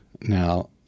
Now